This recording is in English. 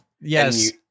yes